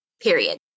period